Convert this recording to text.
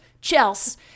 Chelsea